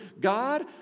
God